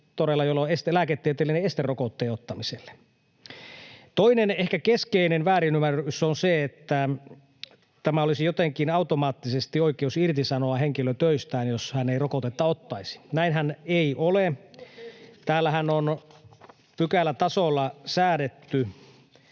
joilla on lääketieteellinen este rokotteen ottamiselle. Toinen ehkä keskeinen väärinymmärrys on se, että olisi jotenkin automaattisesti oikeus irtisanoa henkilö töistään, jos hän ei rokotetta ottaisi. Näinhän ei ole. [Jani Mäkelän välihuuto] Täällähän on pykälätasolla säädetty